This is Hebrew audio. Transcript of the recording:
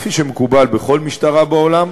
כפי שמקובל בכל משטרה בעולם,